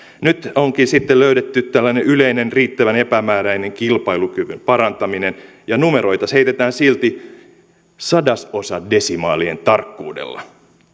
nyt onkin sitten löydetty tällainen yleinen riittävän epämääräinen kilpailukyvyn parantaminen ja numeroita heitetään silti sadasosadesimaalien tarkkuudella